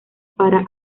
para